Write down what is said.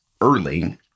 early